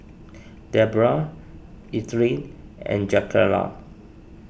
Deborah Ethelyn and Jakayla